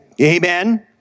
Amen